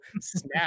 snap